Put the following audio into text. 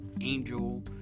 Angel